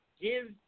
give